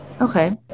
Okay